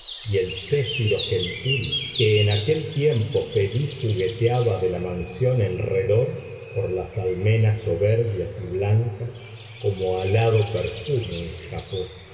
y el céfiro gentil que en aquel tiempo feliz jugueteaba de la mansión en redor por las almenas soberbias y blancas como alado perfume escapó